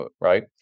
right